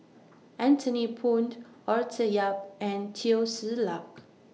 Anthony Poon Arthur Yap and Teo Ser Luck